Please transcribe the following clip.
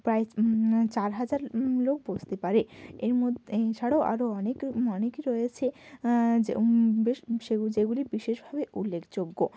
প্রায় চার হাজার লোক বসতে পারে এর মধ্যে এই ছাড়াও আরো অনেক অনেকই রয়েছে যে বেশ সেগু যেগুলি বিশেষভাবে উল্লেখযোগ্য